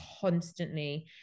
constantly